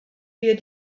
wir